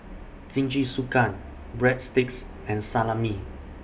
Jingisukan Breadsticks and Salami